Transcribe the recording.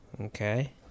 Okay